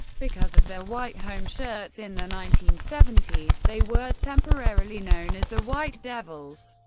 because of their white home shirts in the nineteen seventy s, they were temporarily known as the white devils.